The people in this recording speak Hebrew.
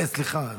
סליחה.